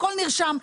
הכול נרשם,